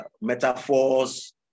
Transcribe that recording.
metaphors